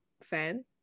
fan